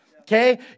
Okay